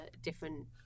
different